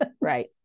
Right